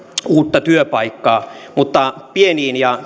uutta työpaikkaa mutta pienet ja